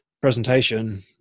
Presentation